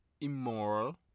immoral